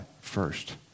first